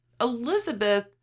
Elizabeth